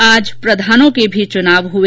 आज प्रधानों की भी चुनाव हुए